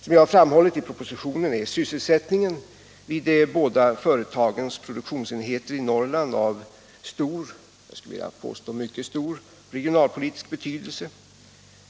Som jag framhållit i propositionen är sysselsättningen vid de båda företagens produktionsenheter i Norrland av stor — jag skulle vilja påstå mycket stor — regionalpolitisk betydelse.